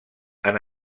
han